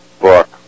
book